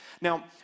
Now